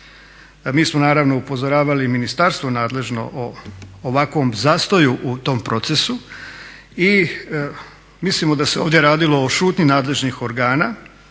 mi smo naravno upozoravali ministarstvo nadležno o ovakvom zastoju u tom procesu i mislimo da se ovdje radilo o šutnji nadležnih organa